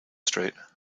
street